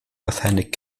authentic